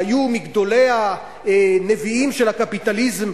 והיו מגדולי הנביאים של הקפיטליזם,